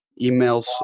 emails